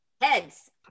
Heads